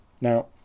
Now